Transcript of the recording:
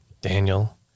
Daniel